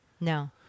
no